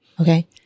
Okay